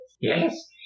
Yes